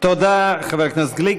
תודה, חבר הכנסת גליק.